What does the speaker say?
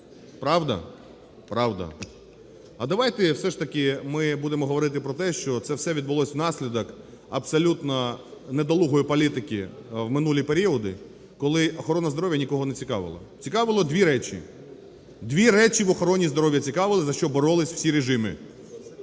Правда? Правда. А давайте все ж таки ми будемо говорити про те, що це все відбулося внаслідок абсолютно недолугої політики в минулі періоди, коли охорона здоров'я нікого це цікавила. Цікавило дві речі. Дві речі в охороні здоров'я цікавили, за що боролися всі режими: